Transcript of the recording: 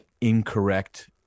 incorrect